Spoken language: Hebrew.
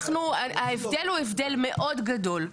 ההבדל הוא הבדל מאוד גדול.